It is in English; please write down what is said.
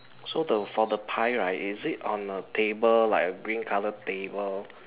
so the for the pie right is it on a table like a green colour table